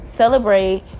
celebrate